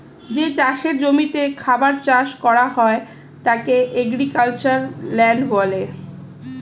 যে চাষের জমিতে খাবার চাষ করা হয় তাকে এগ্রিক্যালচারাল ল্যান্ড বলে